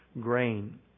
grain